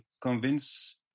convince